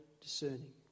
discerning